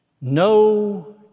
no